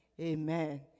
Amen